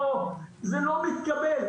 זה לא מתקבל.